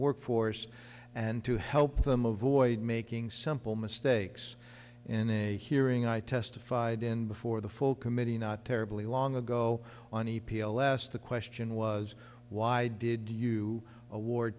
workforce and to help them avoid making some pl mistakes in a hearing i testified in before the full committee not terribly long ago on e p o last the question was why did you award